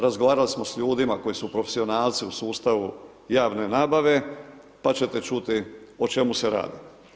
Razgovarali smo s ljudima koji su profesionalci u sustavu javne nabave, pa ćete čuti o čemu se radi.